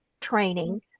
training